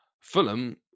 Fulham